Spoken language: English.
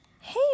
hey